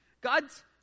God's